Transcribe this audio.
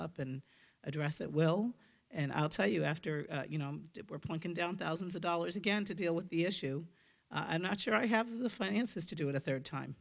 up and address it well and i'll tell you after you know we're punkin down thousands of dollars again to deal with the issue i'm not sure i have the finances to do it a third time